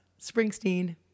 Springsteen